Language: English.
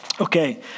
Okay